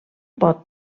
pot